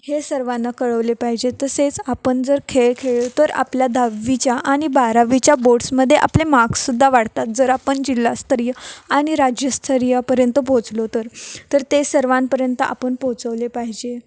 हे सर्वांना कळवले पाहिजे तसेच आपण जर खेळ खेळलो तर आपल्या दहावीच्या आणि बारावीच्या बोर्ड्समध्ये आपले मार्कसुद्धा वाढतात जर आपण जिल्हास्तरीय आणि राज्यस्तरीयपर्यंत पोचलो तर तर ते सर्वांपर्यंत आपण पोहोचवले पाहिजे